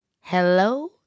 Hello